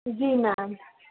جی میم